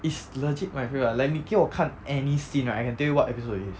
it's legit my favourite lah like 你给我看 any scene right I can tell you what episode it is